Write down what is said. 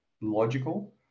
logical